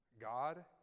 God